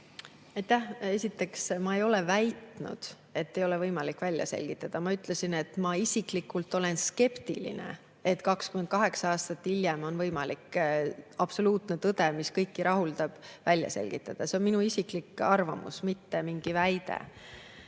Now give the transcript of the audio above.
Aitäh! Esiteks, ma ei ole väitnud, et ei ole võimalik välja selgitada. Ma ütlesin, et ma isiklikult olen skeptiline, et 28 aastat hiljem on võimalik välja selgitada absoluutne tõde, mis kõiki rahuldab. See on minu isiklik arvamus, mitte mingi väide. Kui